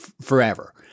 forever